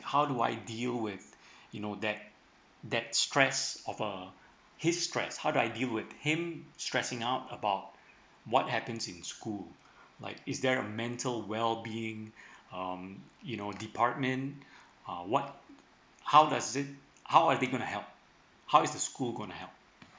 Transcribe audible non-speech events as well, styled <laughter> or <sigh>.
how do I deal with you know that that stress of uh his stress how do I deal with him stressing out about what happens in school like is there a mental well being <breath> um you know department uh what how does it how are they gonna help how is the school gonna help